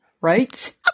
Right